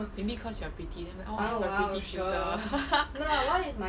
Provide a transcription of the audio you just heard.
maybe cause you are pretty then they like oh a pretty tutor